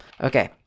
okay